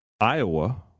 Iowa